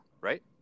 Right